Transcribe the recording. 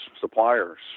supplier's